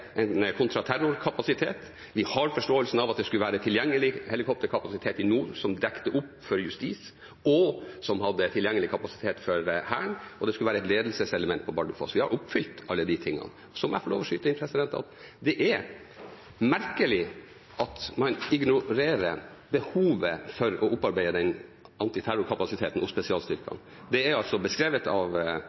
en kontraterrorkapasitet. Vi har en forståelse av at det skulle være tilgjengelig kapasitet i nord som dekket opp for justis, og som hadde tilgjengelig kapasitet for Hæren. Og det skulle være et ledelseselement på Bardufoss. Vi har oppfylt alle disse tingene. Så må jeg få lov til å skyte inn at det er merkelig at man ignorerer behovet for å opparbeide den antiterrorkapasiteten hos spesialstyrkene. Det er altså beskrevet av